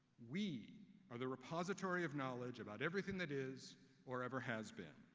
we are the repository of knowledge about everything that is or ever has been.